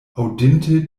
aŭdinte